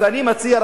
אז אני מציע,